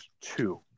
two